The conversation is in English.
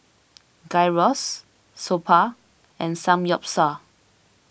Gyros Soba and Samgyeopsal